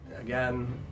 again